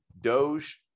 Doge